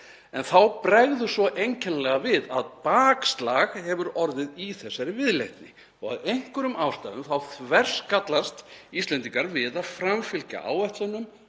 En þá bregður svo einkennilega við að bakslag hefur orðið í þessari viðleitni og af einhverjum ástæðum þverskallast Íslendingar við að framfylgja áætlunum